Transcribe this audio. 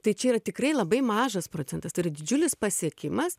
tai čia yra tikrai labai mažas procentas tai yra didžiulis pasiekimas